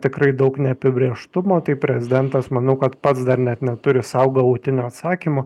tikrai daug neapibrėžtumo tai prezidentas manau kad pats dar net neturi sau galutinio atsakymo